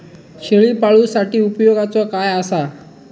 शेळीपाळूसाठी उपयोगाचा काय असा?